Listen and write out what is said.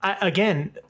again